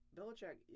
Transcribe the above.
Belichick